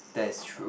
that is true